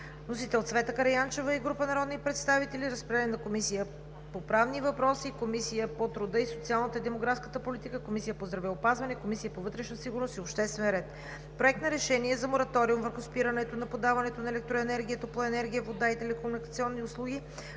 вносител – Цвета Караянчева и група народни представители. Разпределен е на Комисията по правни въпроси, Комисията по труда, социалната и демографската политика, Комисията по здравеопазването, Комисията по вътрешна сигурност и обществен ред. Проект на решение за мораториум върху спирането на подаването на електроенергия, топлоенергия, вода и телекомуникационни услуги